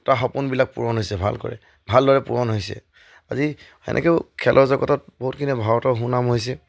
তাৰ সপোনবিলাক পূৰণ হৈছে ভালকৈ ভালদৰে পূৰণ হৈছে আজি সেনেকেও খেলৰ জগতত বহুতখিনি ভাৰতৰ সুনাম হৈছে